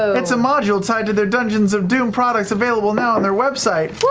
it's a module tied to their dungeons of doom products available now on their website.